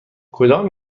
کدام